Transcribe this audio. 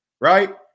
right